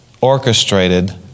orchestrated